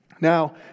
Now